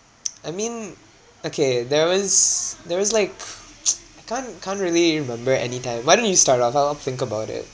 I mean okay there was there was like I can't can't really remember any time why don't you start off I'll think about it